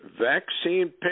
vaccine